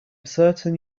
certain